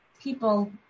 people